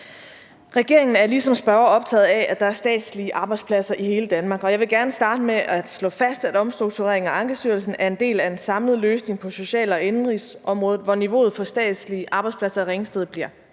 Regeringen er ligesom spørgeren optaget af, at der er statslige arbejdspladser i hele Danmark, og jeg vil gerne starte med at slå fast, at omstruktureringen af Ankestyrelsen er en del af en samlet løsning på social- og indenrigsområdet, hvor niveauet for statslige arbejdspladser i Ringsted bliver